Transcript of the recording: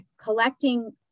collecting